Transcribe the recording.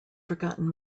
forgotten